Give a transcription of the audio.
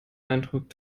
eindruck